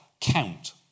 count